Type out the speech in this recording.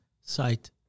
site